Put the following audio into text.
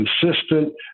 consistent